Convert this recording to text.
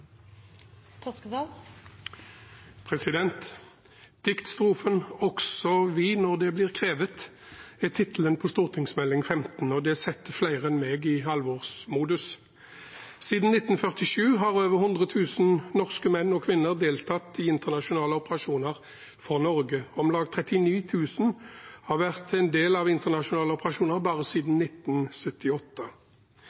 tittelen på Meld. St. 15 for 2019–2020, og det setter flere enn meg i alvorsmodus. Siden 1947 har over 100 000 norske menn og kvinner deltatt i internasjonale operasjoner for Norge. Om lag 39 000 har vært en del av internasjonale